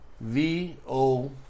V-O